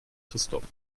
christoph